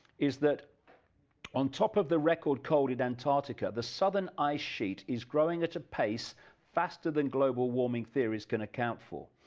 is that on top of the record cold in antarctica the southern ice sheet is growing at a pace faster than global warming theories can account for,